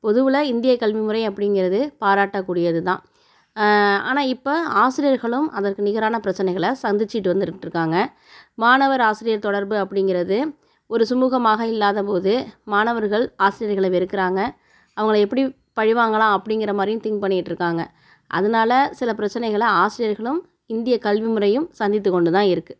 பொதுவில் இந்திய கல்விமுறை அப்படிங்குறது பாராட்டக் கூடியதுதான் ஆனால் இப்போ ஆசிரியர்களும் அதற்கு நிகரான பிரச்சனைகளை சந்திச்சிட்டு வந்துட்ருக்காங்க மாணவர் ஆசிரியர் தொடர்பு அப்படிங்குறது ஒரு சுமூகமாக இல்லாதபோது மாணவர்கள் ஆசிரியர்களை வெறுக்குறாங்க அவங்கள எப்படி பழிவாங்கலாம் அப்படின்குறமாரியும் திங்க் பண்ணிகிட்டு இருக்காங்க அதனால சில பிரச்சனைகளை ஆசிரியர்களும் இந்தியக் கல்விமுறையும் சந்தித்து கொண்டுதான் இருக்கு